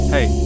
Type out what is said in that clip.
Hey